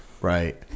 right